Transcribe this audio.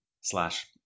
slash